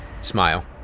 smile